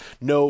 no